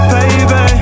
Baby